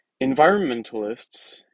Environmentalists